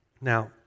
Now